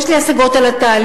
יש לי השגות על התהליך,